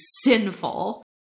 sinful